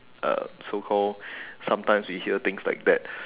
uh so called sometimes we hear things like that